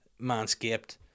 Manscaped